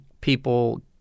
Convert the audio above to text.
people